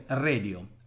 Radio